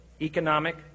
economic